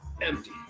empty